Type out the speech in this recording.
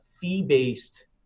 fee-based